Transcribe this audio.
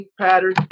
pattern